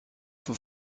for